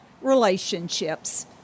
relationships